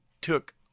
took